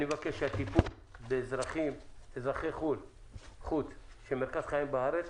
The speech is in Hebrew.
אני מבקש שהטיפול באזרחי חו"ל שמרכז חייהם בארץ